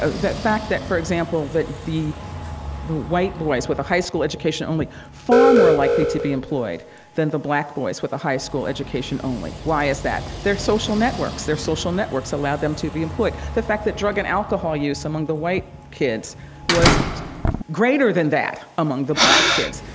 ah fact that, for example, that the the white boys with a high school education only, far more likely to be employed than the black boys with a high school education only. why is that? their social networks. their social networks allowed them to be employed. the fact that drug and alcohol use among the white kids was greater than that among the black kids,